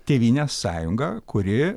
tėvynės sąjunga kuri